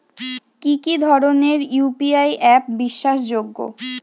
কি কি ধরনের ইউ.পি.আই অ্যাপ বিশ্বাসযোগ্য?